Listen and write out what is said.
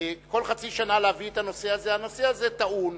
הנושא הזה טעון,